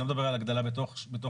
אני לא מדברת על הגדלה --- לא,